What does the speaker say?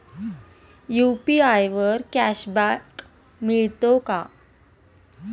UPI वर cashback मिळतो का?